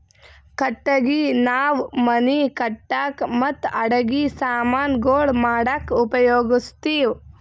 ಕಟ್ಟಗಿ ನಾವ್ ಮನಿ ಕಟ್ಟಕ್ ಮತ್ತ್ ಅಡಗಿ ಸಮಾನ್ ಗೊಳ್ ಮಾಡಕ್ಕ ಉಪಯೋಗಸ್ತಿವ್